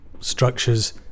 structures